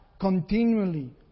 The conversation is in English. continually